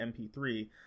MP3